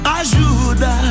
ajuda